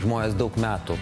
žmonės daug metų